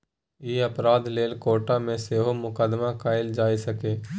ई अपराध लेल कोर्ट मे सेहो मुकदमा कएल जा सकैए